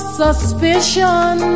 suspicion